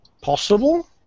Possible